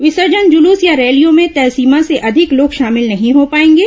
विसर्जन जुलूस या रैलियों में तय सीमा से अधिक लोग शामिल नहीं हो पाएंगे